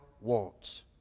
wants